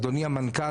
אדוני המנכ"ל,